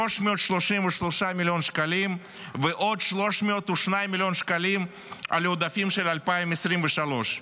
333 מיליון שקלים ועוד 302 מיליון שקלים על העודפים של 2023,